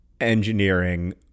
engineering